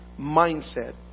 mindset